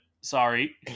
Sorry